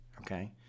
okay